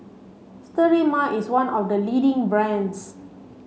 Sterimar is one of the leading brands